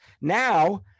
Now